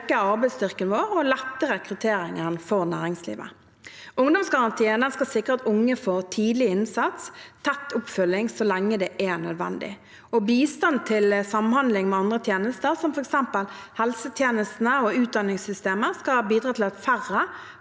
vil øke arbeidsstyrken vår og lette rekrutteringen for næringslivet. Ungdomsgarantien skal sikre at unge får tidlig innsats og tett oppfølging så lenge det er nødvendig. Bistand til samhandling med andre tjenester, som f.eks. helsetjenestene og utdanningssystemet, skal bidra til at færre